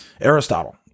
Aristotle